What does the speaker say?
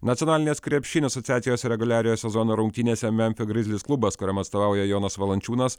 nacionalinės krepšinio asociacijos reguliariojo sezono rungtynėse memfio grizlis klubas kuriam atstovauja jonas valančiūnas